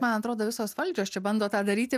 man atrodo visos valdžios čia bando tą daryti